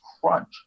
crunch